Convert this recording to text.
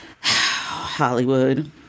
Hollywood